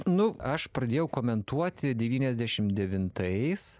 nu aš pradėjau komentuoti devyniasdešim devintais